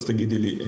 תגידי לי.